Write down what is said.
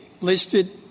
listed